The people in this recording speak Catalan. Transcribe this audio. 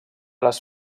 les